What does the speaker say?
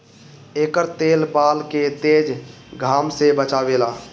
एकर तेल बाल के तेज घाम से बचावेला